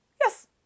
Yes